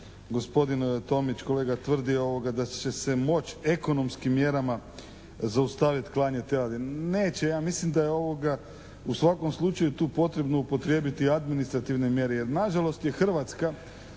gospodin Tomić kolega tvrdi, da će se moći ekonomskim mjerama zaustaviti klanje teladi. Neće. Ja mislim da je u svakom slučaju tu potrebno upotrijebiti administrativne mjere jer nažalost jer Hrvatska